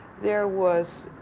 there was.